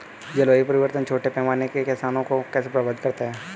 जलवायु परिवर्तन छोटे पैमाने के किसानों को कैसे प्रभावित करता है?